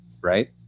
right